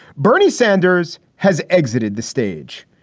bernie sanders has exited the stage.